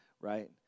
right